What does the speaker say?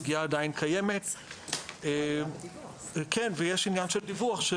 הפגיעה עדיין קיימת, כן, ויש עניין של דיווח.